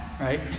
right